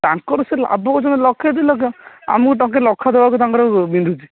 ତାଙ୍କର ସେ ଲାଭ କରୁଛନ୍ତି ଲକ୍ଷ ଦୁଇଲକ୍ଷ ଆମକୁ ଟଙ୍କା ଲକ୍ଷ ଦେବାକୁ ତାଙ୍କର ବିନ୍ଧୁଛି